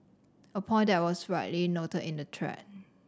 a point that was rightly noted in the